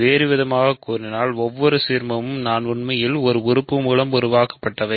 வேறுவிதமாகக் கூறினால் ஒவ்வொரு சீர்மமும் நான் உண்மையில் ஒரு உறுப்பு மூலம் உருவாக்கப்பட்டவை